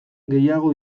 gehiago